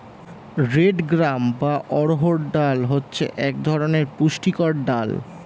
red gram বা অড়হর ডাল হচ্ছে এক ধরনের পুষ্টিকর ডাল